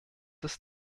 ist